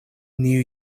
new